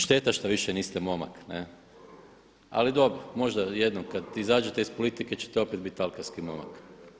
Šteta što više niste momak, ali dobro, možda jednom kada izađete iz politike ćete opet biti alkarski momak.